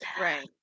Right